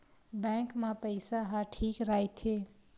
Bank मा पईसा ह ठीक राइथे?